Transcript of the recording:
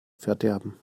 verderben